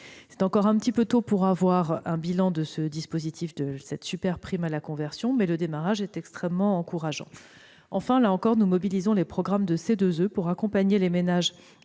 est encore un peu trop tôt pour avoir un bilan de ce dispositif, cette « super-prime à la conversion », mais son démarrage est extrêmement encourageant. Enfin, nous mobilisons là encore les programmes de C2E, pour accompagner les ménages